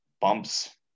bumps